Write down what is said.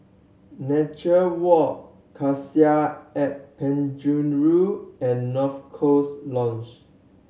Nature Walk Cassia at Penjuru and North Coast Lodge